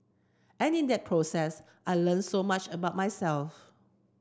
and in that process I learnt so much about myself